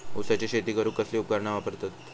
ऊसाची शेती करूक कसली उपकरणा वापरतत?